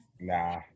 Nah